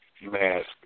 mask